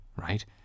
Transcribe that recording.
right